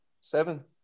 Seven